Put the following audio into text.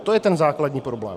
To je ten základní problém.